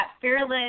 Fearless